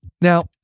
Now